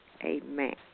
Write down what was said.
Amen